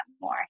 more